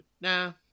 Nah